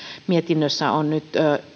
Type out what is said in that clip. mietinnössä on nyt